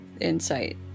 Insight